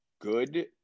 good